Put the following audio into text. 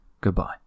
Goodbye